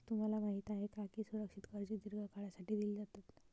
तुम्हाला माहित आहे का की सुरक्षित कर्जे दीर्घ काळासाठी दिली जातात?